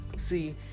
see